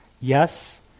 Yes